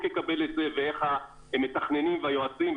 יקבל את זה ואיך המתכננים והיועצים,